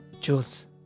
Jules